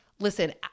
Listen